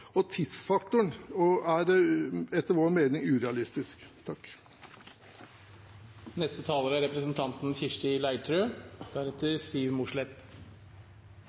og tidsfaktoren er etter vår mening urealistisk.